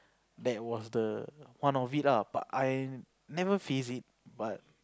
that was the one of it ah but I never face it